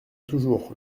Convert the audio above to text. toujours